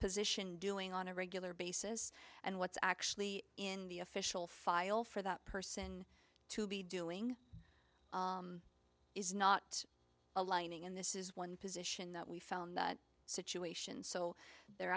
position doing on a regular basis and what's actually in the official file for that person to be doing is not aligning and this is one position that we found situations so their